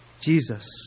Jesus